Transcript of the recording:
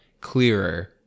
clearer